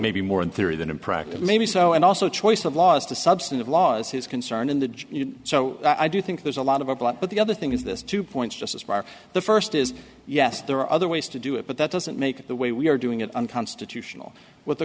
maybe more in theory than in practice maybe so and also choice of laws to substantive laws his concern in the judge so i do think there's a lot of a block but the other thing is this two points just as far the first is yes there are other ways to do it but that doesn't make it the way we are doing it unconstitutional w